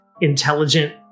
intelligent